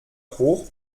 hoch